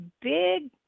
big